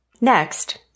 Next